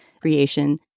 creation